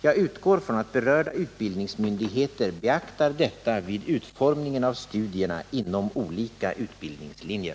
Jag utgår från att berörda utbildningsmyndigheter beaktar detta vid utformningen av studierna inom olika utbildningslinjer.